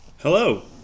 Hello